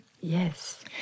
Yes